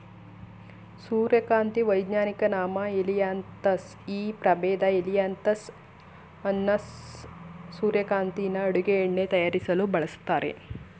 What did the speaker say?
ಸೂರ್ಯಕಾಂತಿ ವೈಜ್ಞಾನಿಕ ನಾಮ ಹೆಲಿಯಾಂತಸ್ ಈ ಪ್ರಭೇದ ಹೆಲಿಯಾಂತಸ್ ಅನ್ನಸ್ ಸೂರ್ಯಕಾಂತಿನ ಅಡುಗೆ ಎಣ್ಣೆ ತಯಾರಿಸಲು ಬಳಸ್ತರೆ